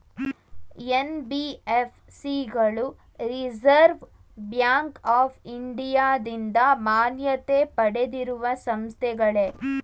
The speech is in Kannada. ಎನ್.ಬಿ.ಎಫ್.ಸಿ ಗಳು ರಿಸರ್ವ್ ಬ್ಯಾಂಕ್ ಆಫ್ ಇಂಡಿಯಾದಿಂದ ಮಾನ್ಯತೆ ಪಡೆದಿರುವ ಸಂಸ್ಥೆಗಳೇ?